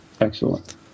Excellent